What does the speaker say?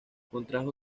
contrajo